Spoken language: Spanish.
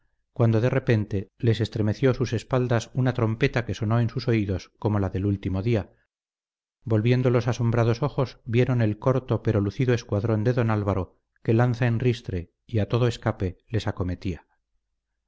cuando de repente les estremeció sus espaldas una trompeta que sonó en sus oídos como la del último día volviendo los asombrados ojos vieron el corto pero lucido escuadrón de don álvaro que lanza en ristre y a todo escape les acometía